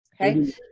Okay